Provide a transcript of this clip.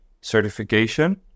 certification